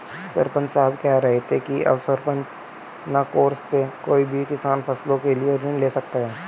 सरपंच साहब कह रहे थे कि अवसंरचना कोर्स से कोई भी किसान फसलों के लिए ऋण ले सकता है